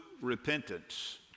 repentance